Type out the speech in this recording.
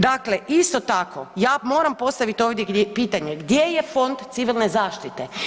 Dakle, isto tako ja moram postavit ovdje pitanje gdje je Fond Civilne zaštite?